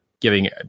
Giving